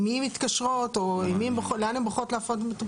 עם מי הן מתקשרות או לאן הן בוחרות להפנות?